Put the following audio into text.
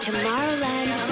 Tomorrowland